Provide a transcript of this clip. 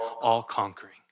all-conquering